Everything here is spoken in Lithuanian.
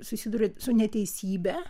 susiduri su neteisybe